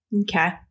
okay